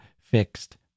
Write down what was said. fixed